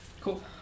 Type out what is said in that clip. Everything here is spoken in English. Cool